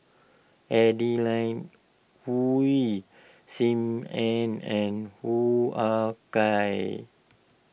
Adeline Ooi Sim Ann and Hoo Ah Kay